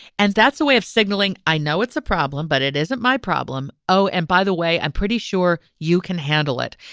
and that's a way of signaling. i know it's a problem, but it isn't my problem. oh, and by the way, i'm pretty sure you can handle it.